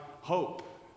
hope